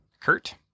Kurt